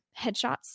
headshots